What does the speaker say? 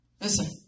listen